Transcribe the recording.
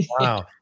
wow